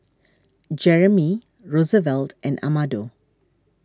Jeramie Rosevelt and Amado